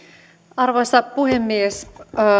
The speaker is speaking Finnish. arvoisa puhemies